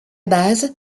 base